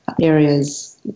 areas